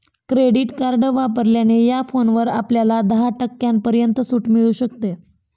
credit card वापरल्याने या फोनवर आपल्याला दहा टक्क्यांपर्यंत सूट मिळू शकते